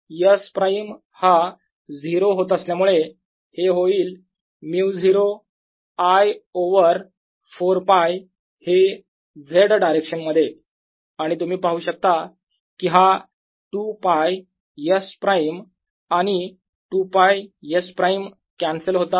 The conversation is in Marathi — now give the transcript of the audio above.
S प्राईम हा 0 होत असल्यामुळे हे होईल μ0 I ओवर 4 π हे Z डायरेक्शन मध्ये आणि तुम्ही पाहू शकता की हा 2 π S एस प्राईम आणि 2 π S प्राईम कॅन्सल होतात